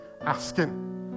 asking